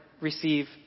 receive